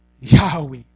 Yahweh